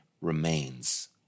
remains